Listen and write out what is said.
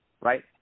Right